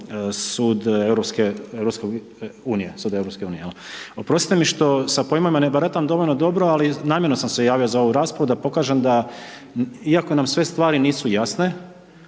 sud EU. Oprostite mi što sa pojmovima ne baratam dovoljno dobro ali namjerno sam se javio za ovu raspravu da pokažem da iako nam sve stvari nisu jasne,